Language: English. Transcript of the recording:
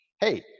Hey